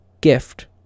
gift